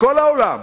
כל העולם